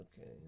Okay